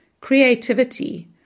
creativity